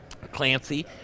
clancy